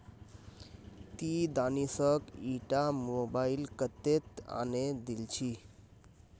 ती दानिशक ईटा मोबाइल कत्तेत आने दिल छि